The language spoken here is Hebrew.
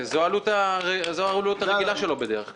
זו העלות הרגילה שלו בדרך כלל.